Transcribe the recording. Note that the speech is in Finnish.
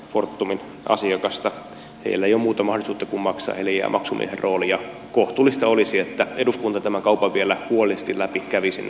heillä ei ole muuta mahdollisuutta kuin maksaa heille jää maksumiehen rooli ja kohtuullista olisi että eduskunta tämän kaupan vielä huolellisesti läpi kävisi ennen kuin se lopullisesti hyväksytään